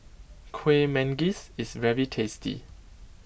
Kueh Manggis is very tasty